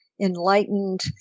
enlightened